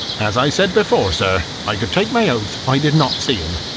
as i said before, sir, i could take my oath, i did not see him.